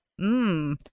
Mmm